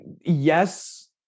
Yes